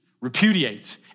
repudiate